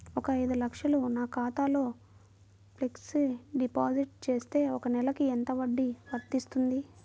ఒక ఐదు లక్షలు నా ఖాతాలో ఫ్లెక్సీ డిపాజిట్ చేస్తే ఒక నెలకి ఎంత వడ్డీ వర్తిస్తుంది?